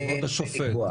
כבוד השופט.